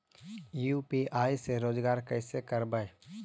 UPI से रोजगार कैसे करबय?